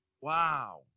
Wow